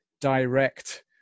direct